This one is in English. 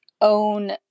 own